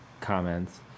comments